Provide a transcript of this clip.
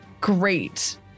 great